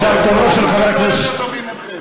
אתה זוכר את "ללא חרות ומק"י"?